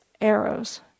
arrows